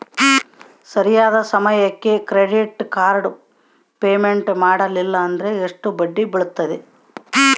ಸರಿಯಾದ ಸಮಯಕ್ಕೆ credit card payment ಮಾಡಲಿಲ್ಲ ಅಂದ್ರೆ ಎಷ್ಟು ಬಡ್ಡಿ ಬೇಳ್ತದ?